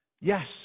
Yes